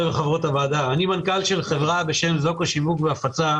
אני מנכ"ל חברה בשם זוקו שיווק והפצה.